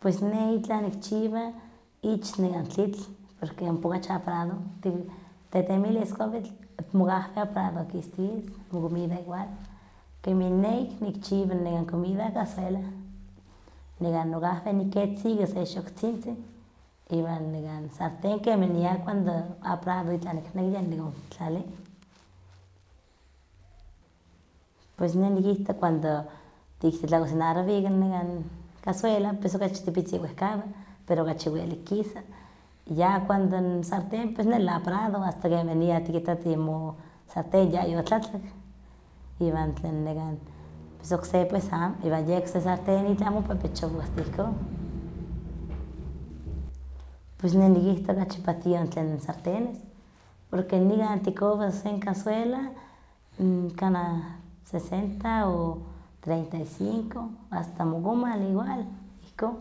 Pues ne itlah nikchiwa ich nekan tlitl, porque ompa kachi apurado, porque tik tetemilis n kuawitl mokahwen apurado kisties, mokomida igual, kemih neh ik nikchiwa comida cazuela, nekah nokahwen niketza ika sen xoktzintzin, iwan nekan sarten kemanian apurado nikneki ompa nikontlali. Pues neh nikihto titlakosinarowa ika nekan cazuela, pues okachi tepitzin wehkawa, pero okachi welik kisa, ya cuando sarten neli apurado, asta kemanian tikitatin mo sarten yayotlatlak, iwan tlen nekan okse pues amo. Iwan ye okse tlen sarten yeh itlah mopepechowa asta ihkon. Pues neh nikihto okachi patioh n sartenes, porque nikan tikowas sen cazuela kanah sesenta o treinta y cinco, asta mokomal nekah igual,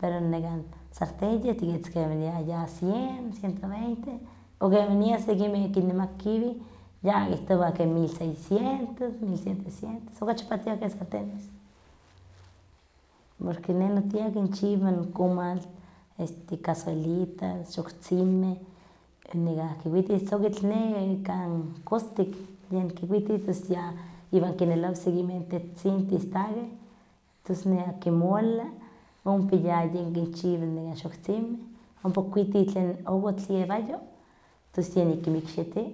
pero nekan sartén yeh tikitas kemanian ya cien, ciento veinte, o kemanian sekimeh kinemakakiweh ya kitowah ke mil seicientos, mil sietecientos, okachi patioh keh sartenes. Porque neh notiah kinchiwa n comal, cazuelitas, xoktzimeh, este kikuitin sokitl ne ik kan kostik yen kikuitin, iwan kinelowa sekinmeh tetzitzintih istakeh, tos nekah kimola, ompa yayin kinchiwa nekah xoktzimeh, ompa kuitin tlen owatl iewayo, tos yeh ik kinmikxiti.